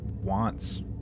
wants